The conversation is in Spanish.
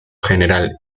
general